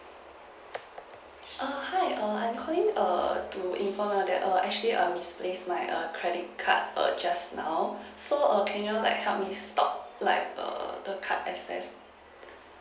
uh hi err I'm calling err to inform that err actually I misplaced my err credit card err just now so err can you like help me stop like err the card access